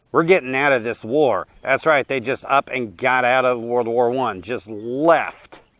we're getting out of this war. that's right they just up and got out of world war one. just left